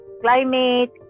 climate